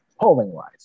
Polling-wise